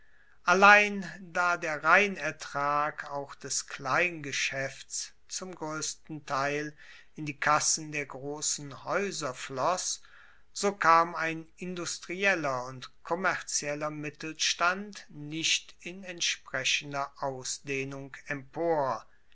allein da der reinertrag auch des kleingeschaefts zum groessten teil in die kassen der grossen haeuser floss so kam ein industrieller und kommerzieller mittelstand nicht in entsprechender ausdehnung empor